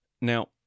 Now